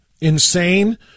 insane